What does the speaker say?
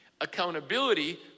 Accountability